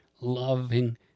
loving